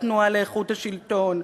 התנועה לאיכות השלטון,